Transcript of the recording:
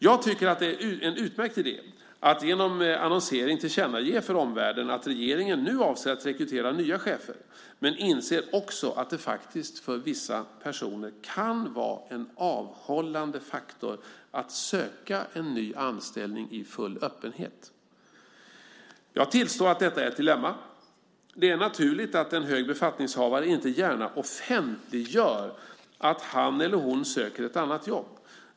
Jag tycker att det är en utmärkt idé att genom annonsering tillkännage för omvärlden att regeringen avser att rekrytera nya chefer, men inser också att det faktiskt för vissa personer kan vara en avhållande faktor att den nya anställningen ska sökas i full öppenhet. Jag tillstår att detta är ett dilemma. Det är naturligt att en hög befattningshavare inte gärna offentliggör att han eller hon söker ett annat jobb.